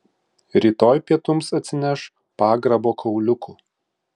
rytoj pietums atsineš pagrabo kauliukų